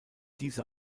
diese